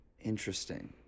Interesting